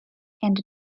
and